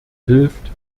hilft